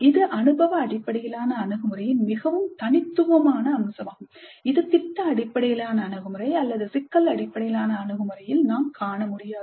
இது அனுபவ அடிப்படையிலான அணுகுமுறையின் மிகவும் தனித்துவமான அம்சமாகும் இது திட்ட அடிப்படையிலான அணுகுமுறை அல்லது சிக்கல் அடிப்படையிலான அணுகுமுறையில் நாம் காண முடியாது